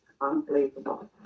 Unbelievable